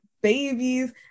babies